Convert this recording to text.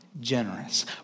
generous